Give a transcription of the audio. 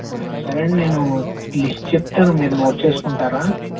సరే అండి నేను లిస్ట్ చెప్తాను మీరు నోట్ చేసుకుంటారా